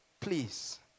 please